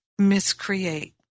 miscreate